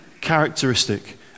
characteristic